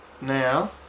now